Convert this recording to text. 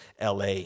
LA